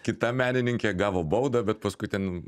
kita menininkė gavo baudą bet paskui ten